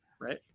Right